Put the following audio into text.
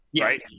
Right